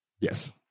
Yes